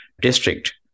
district